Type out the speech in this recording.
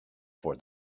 for